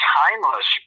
timeless